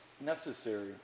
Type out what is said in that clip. necessary